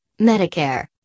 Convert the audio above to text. Medicare